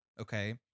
Okay